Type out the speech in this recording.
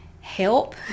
help